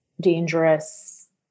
dangerous